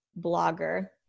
blogger